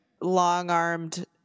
long-armed